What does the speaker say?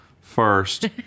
first